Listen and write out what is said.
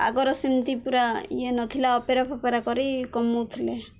ଆଗର ସେମିତି ପୁରା ଇଏ ନଥିଲା ଅପେରା ଫପେରା କରି କମୋଉଥିଲେ